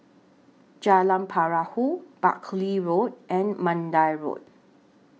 Jalan Perahu Buckley Road and Mandai Road